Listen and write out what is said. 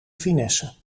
finesse